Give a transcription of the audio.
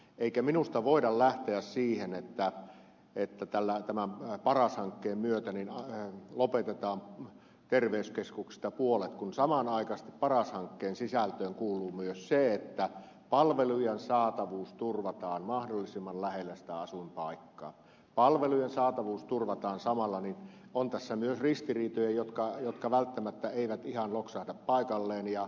eikä minusta voida lähteä siihen että tämän paras hankkeen myötä lopetetaan terveyskeskuksista puolet kun samanaikaisesti paras hankkeen sisältöön kuuluu myös se että palvelujen saatavuus turvataan mahdollisimman lähellä sitä asuinpaikkaa palvelujen saatavuus turvataan samalla niin on tässä myös ristiriitoja jotka välttämättä eivät ihan loksahda paikalleen